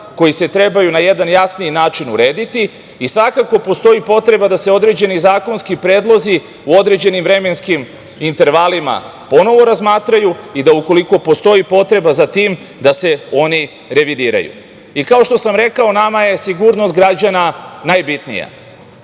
koji se trebaju na jedan jasniji način urediti. Svakako postoji potreba da se određeni zakonski predlozi u određenim vremenskim intervalima ponovo razmatraju i da u koliko postoji potreba za tim da se oni revidiraju. Kao što sam rekao, nama je sigurnost građana najbitnija